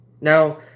now